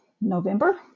november